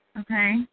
Okay